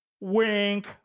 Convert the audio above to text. Wink